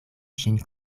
ŝin